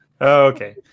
Okay